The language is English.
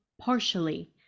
partially